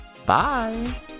Bye